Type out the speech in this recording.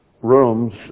rooms